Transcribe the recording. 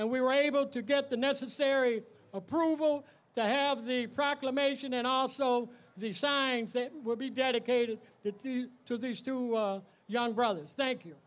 and we were able to get the necessary approval to have the proclamation and also the science that will be dedicated to these two young brothers thank you